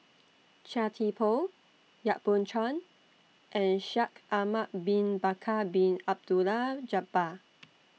Chia Thye Poh Yap Boon Chuan and Shaikh Ahmad Bin Bakar Bin Abdullah Jabbar